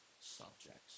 subjects